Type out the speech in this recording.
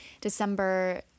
december